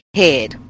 head